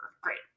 Great